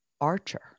Archer